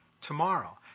tomorrow